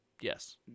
Yes